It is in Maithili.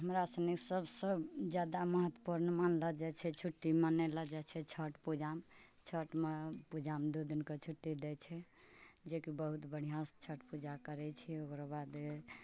हमरा सनि सबसँ ज्यादा महत्वपूर्ण मानलो जाइ छै छुट्टी मनेलो जाइ छै छठी पूजामे छठिमे पूजामे दू दिनके छुट्टी दै छै जेकि बहुत बढ़िऑं सँ छठि पूजा करै छियै ओकरो बादे